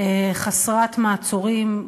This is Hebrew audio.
חסרת מעצורים,